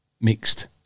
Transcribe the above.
mixed